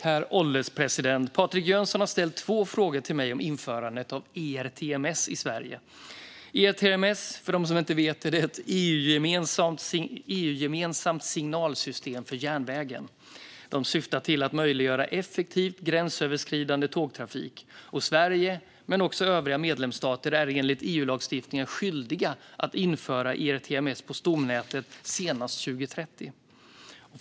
Herr ålderspresident! Patrik Jönsson har ställt två frågor till mig om införandet av ERTMS i Sverige. ERTMS är ett EU-gemensamt signalsystem för järnvägen. Det syftar till att möjliggöra effektiv gränsöverskridande tågtrafik. Sverige och övriga medlemsstater är enligt EU-lagstiftningen skyldiga att införa ERTMS på stomnätet senast 2030.